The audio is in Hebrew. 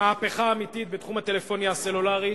מהפכה אמיתית בתחום הטלפוניה הסלולרית.